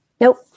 Nope